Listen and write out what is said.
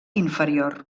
inferior